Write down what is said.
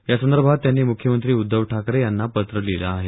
यासंदर्भात त्यांनी मुख्यमंत्री उद्धव ठाकरे यांना पत्र लिहिलं आहे